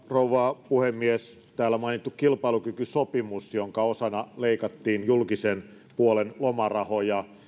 rouva puhemies täällä mainittu kilpailukykysopimus jonka osana leikattiin julkisen puolen lomarahoja